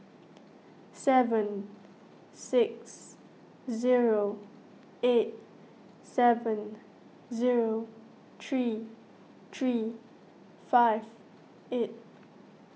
seven six zero eight seven zero three three five eight